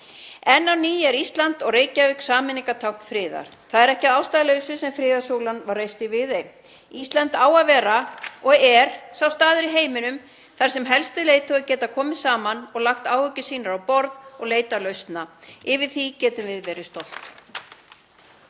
Enn á ný er Ísland og Reykjavík sameiningartákn friðar. Það er ekki að ástæðulausu sem friðarsúlan var reist í Viðey. Ísland á að vera og er sá staður í heiminum þar sem helstu leiðtogar geta komið saman og lagt áhyggjur sínar á borð og leitað lausna. Yfir því getum við verið stolt.